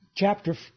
Chapter